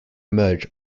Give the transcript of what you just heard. emerge